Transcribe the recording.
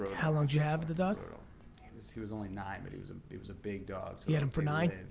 how long did you have the dog? but he was only nine, but he was and he was a big dog. you had him for nine,